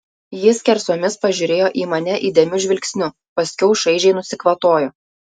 ji skersomis pažiūrėjo į mane įdėmiu žvilgsniu paskiau šaižiai nusikvatojo